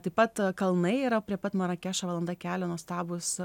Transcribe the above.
taip pat kalnai yra prie pat marakešo valanda kelio nuostabūs